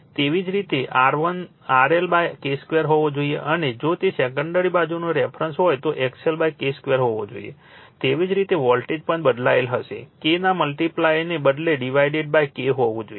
તેવી જ રીતે RL K2 હોવો જોઈએ અને જો તે સેકન્ડરી બાજુનો રેફરન્સ હોય તો XL K2 હોવો જોઈએ તેવી જ રીતે વોલ્ટેજ પણ બદલાયેલ હશે K ના મલ્ટીપ્લાયને બદલે ડિવાઇડેડ K હોવું જોઈએ